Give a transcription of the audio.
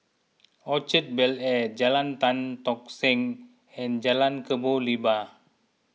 Orchard Bel Air Jalan Tan Tock Seng and Jalan Kebun Limau